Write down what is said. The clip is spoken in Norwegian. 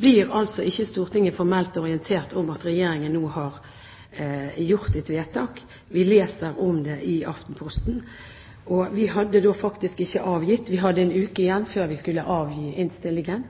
blir ikke Stortinget formelt orientert om at Regjeringen har gjort et vedtak. Vi leser om det i Aftenposten. Vi hadde ikke avgitt innstillingen – vi hadde da en uke igjen